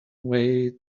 way